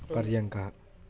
पर्यङ्कः